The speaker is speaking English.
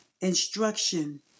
instruction